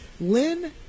Lynn